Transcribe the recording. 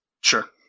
sure